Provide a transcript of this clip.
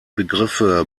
begriffe